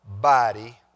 body